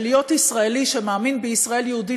שלהיות ישראלי שמאמין בישראל יהודית